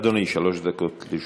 אדוני, שלוש דקות לרשותך.